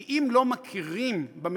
כי אם לא מכירים במציאות,